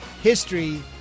history